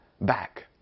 back